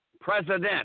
president